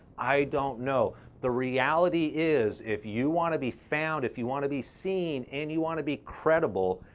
i don't know. the reality is, if you wanna be found, if you wanna be seen, and you wanna be credible,